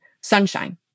sunshine